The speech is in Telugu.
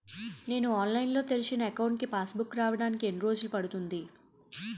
నేను ఆన్లైన్ లో తెరిచిన అకౌంట్ కి పాస్ బుక్ రావడానికి ఎన్ని రోజులు పడుతుంది?